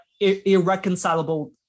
irreconcilable